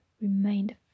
remained